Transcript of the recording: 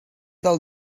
del